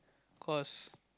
cause